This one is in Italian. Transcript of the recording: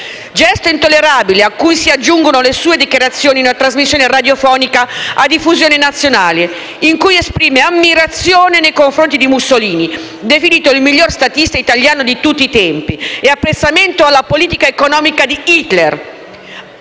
Gesto intollerabile a cui si aggiungono le sue dichiarazioni in una trasmissione radiofonica a diffusione nazionale, in cui esprime ammirazione nei confronti di Mussolini, definito «il miglior statista italiano di tutti i tempi» e apprezzamento alla politica economica di Hitler.